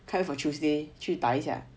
开 for tuesday 去打一下